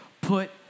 put